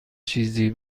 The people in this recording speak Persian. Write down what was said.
چیزی